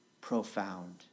profound